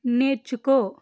నేర్చుకో